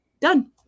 done